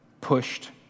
pushed